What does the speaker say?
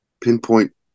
pinpoint